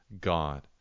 God